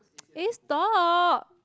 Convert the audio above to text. eh stop